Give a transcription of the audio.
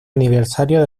aniversario